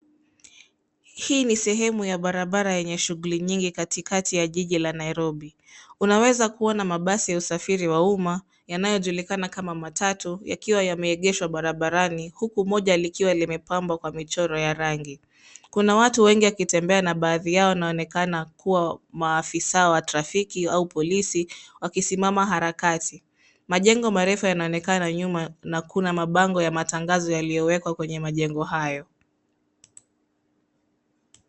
Hii ni sehemu ya barabara yenye shughuli nyingi katikati ya jiji la Nairobi. Unaweza kuona mabasi ya usafiri wa umma yanayojulikana kama matatu yakiwa yameegeshwa barabarani huku moja likiwa limepambwa kwa michoro ya rangi. Kuna watu wengi wakitembea na baadhi yao wanaonekana kuwa maafisaa wa trafiki au wakisimama harakati. Majengo marefu yanaonekana nyuma na kuna mabango ya matangazo yaliyowekwa kwenye majengo hayo.